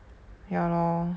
ya lor